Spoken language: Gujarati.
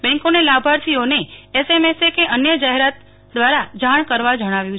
બેંકોને લાભાર્થીઓને એસ એમ એસ કે અન્ય જાહેરાત દ્વારા જાણ કરવા જણાવ્યું છે